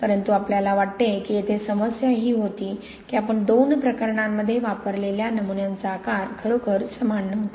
परंतु आपल्याला वाटते की येथे समस्या ही होती की आपण दोन प्रकरणांमध्ये वापरलेल्या नमुन्यांचा आकार खरोखर समान नव्हता